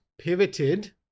pivoted